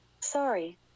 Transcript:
Sorry